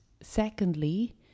secondly